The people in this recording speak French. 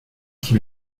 qui